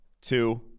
Two